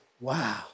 wow